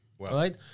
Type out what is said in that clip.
Right